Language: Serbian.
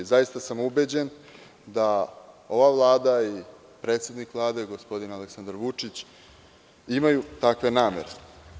Zaista sam ubeđen da ova Vlada i predsednik Vlade, gospodin Vučić, imaju takve namere.